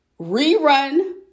rerun